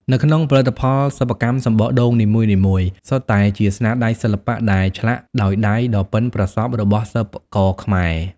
នៅក្នុងផលិតផលសិប្បកម្មសំបកដូងនីមួយៗសុទ្ធតែជាស្នាដៃសិល្បៈដែលឆ្លាក់ដោយដៃដ៏ប៉ិនប្រសប់របស់សិប្បករខ្មែរ។